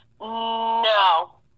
No